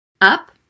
Up